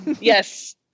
yes